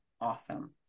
awesome